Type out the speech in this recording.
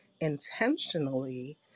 intentionally